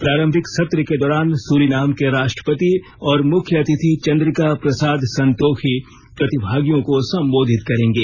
प्रारंभिक सत्र के दौरान सुरीनाम के राष्ट्रपति और मुख्य अतिथि चंद्रिका प्रसाद संतोखी प्रतिभागियों को संबोधित करेंगे